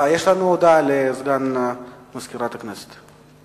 יש הודעה לסגן מזכירת הכנסת.